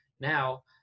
now